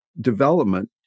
development